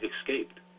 escaped